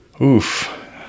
Oof